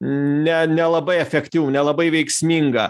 ne nelabai efektyvu nelabai veiksminga